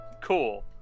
Cool